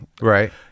right